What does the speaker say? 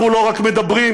אנחנו לא רק מדברים,